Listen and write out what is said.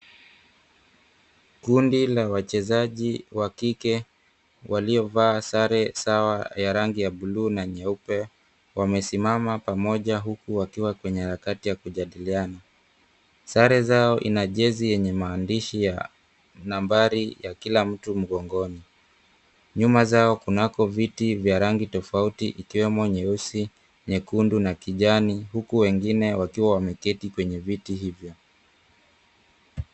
Kundi la wachezaji wa kike, waliovaa sare sawa ya rangi ya bluu na nyeupe. Wamesimama pamoja huku wakiwa kwenye harakati ya kujadiliana. Sare zao ina jezi yenye maandishi ya nambari ya kila mtu mgongoni. Nyuma zao kunako viti vya rangi tofauti ikiwemo nyeusi, nyekundu na kijani, huku wengine wakiwa wameketi kwenye viti hivyo.